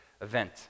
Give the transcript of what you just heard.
event